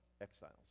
exiles